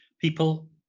people